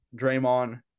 Draymond